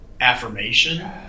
affirmation